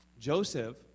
joseph